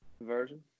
version